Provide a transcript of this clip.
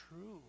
true